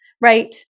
right